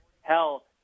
Hell